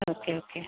okay okay